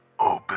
open